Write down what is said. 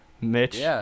Mitch